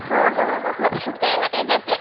हो गं हो गं फोटोशूट करायला काय जाते